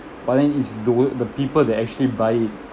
but then it's the w~ the people that actually buy it